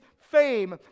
fame